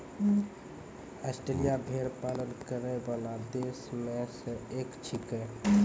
Australia भेड़ पालन करै वाला देश म सें एक छिकै